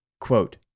Quote